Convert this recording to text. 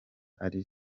ariko